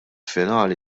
finali